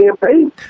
campaign